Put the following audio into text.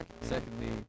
Secondly